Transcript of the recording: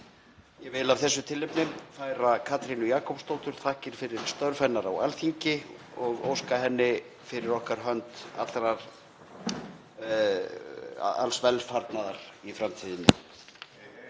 Ég vil af þessu tilefni færa Katrínu Jakobsdóttur þakkir fyrir störf hennar á Alþingi. Ég óska henni fyrir hönd okkar alls velfarnaðar í framtíðinni.